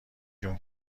جون